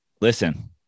listen